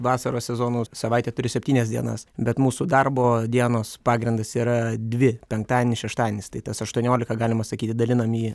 vasaros sezonu savaitė turi septynias dienas bet mūsų darbo dienos pagrindas yra dvi penktadienis šeštadienis tai tas aštuoniolika galima sakyti dalinam į